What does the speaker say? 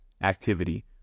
activity